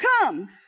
come